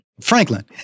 Franklin